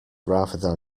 rather